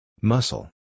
Muscle